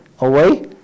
away